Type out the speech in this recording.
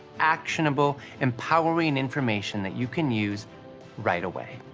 actionable, empowering information that you can use right away.